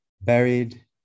buried